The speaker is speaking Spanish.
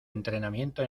entrenamiento